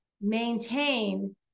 maintain